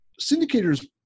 syndicator's